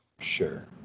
Sure